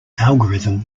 algorithm